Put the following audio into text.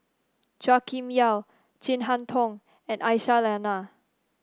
Chua Kim Yeow Chin Harn Tong and Aisyah Lyana